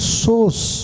source